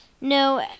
No